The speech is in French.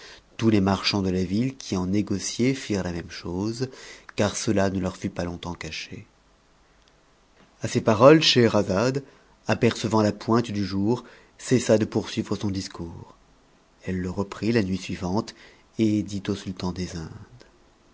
tous les marchands de la ville qui en négociaient firent ta même chose car cela ne eur fut pas longtemps mette il a ces paroles scheherazade apercevant la pointe du jour cessa de poursuivre son discours elle le reprit la nuit suivante et dit au sultan des fmdes